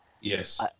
Yes